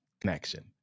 Connection